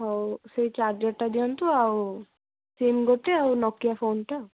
ହଉ ସେଇ ଚାର୍ଜରଟା ଦିଅନ୍ତୁ ଆଉ ସିମ୍ ଗୋଟେ ଆଉ ନୋକିଆ ଫୋନ୍ଟା ଆଉ